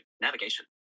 Navigation